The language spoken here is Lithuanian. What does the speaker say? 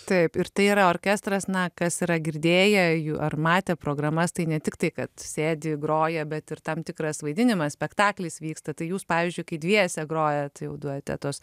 taip ir tai yra orkestras na kas yra girdėję jų ar matę programas tai ne tik tai kad sėdi groja bet ir tam tikras vaidinimas spektaklis vyksta tai jūs pavyzdžiui kai dviese grojat jau duetu tuos